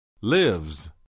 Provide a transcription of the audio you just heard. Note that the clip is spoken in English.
lives